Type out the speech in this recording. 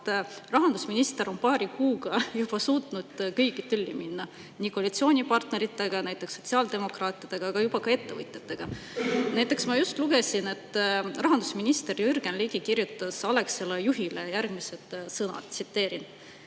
et rahandusminister on paari kuu jooksul juba suutnud kõigiga tülli minna – nii koalitsioonipartnerite, näiteks sotsiaaldemokraatidega, aga ka ettevõtjatega. Näiteks ma just lugesin, et rahandusminister Jürgen Ligi kirjutas Alexela juhile järgmised sõnad, tsiteerin: